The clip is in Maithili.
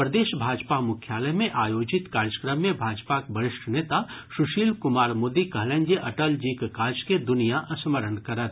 प्रदेश भाजपा मुख्यालय मे आयोजित कार्यक्रम मे भाजपाक वरिष्ठ नेता सुशील कुमार मोदी कहलनि जे अटल जीक काज के दुनिया स्मरण करत